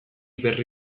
berri